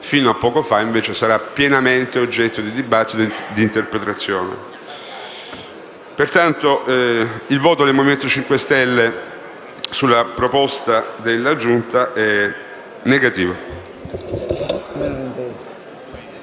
fino a poco fa, sarà invece pienamente oggetto di dibattito e di interpretazione. Pertanto, il voto del Movimento 5 Stelle sulla proposta della Giunta è contrario.